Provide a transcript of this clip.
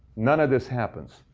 none of this happens.